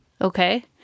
Okay